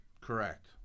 Correct